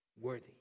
worthy